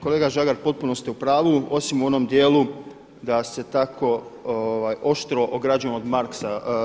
Kolega Žagar potpuno ste u pravu osim u onom dijelu da se tako oštro ograđujem od Marxa.